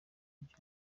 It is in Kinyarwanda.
byo